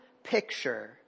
picture